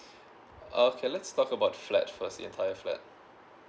okay let's talk about flat first entire flat